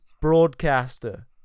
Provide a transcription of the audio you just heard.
broadcaster